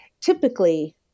Typically